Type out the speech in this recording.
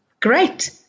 great